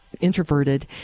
introverted